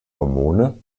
hormone